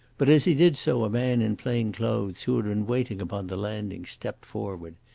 but as he did so a man in plain clothes, who had been waiting upon the landing, stepped forward.